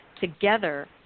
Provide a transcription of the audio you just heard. together